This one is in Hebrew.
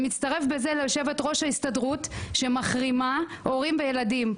הוא מצטרף בזה ליושבת ראש ההסתדרות שמחרימה הורים וילדים.